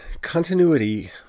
continuity